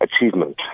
achievement